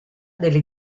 delle